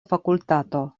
fakultato